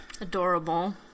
Adorable